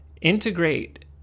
integrate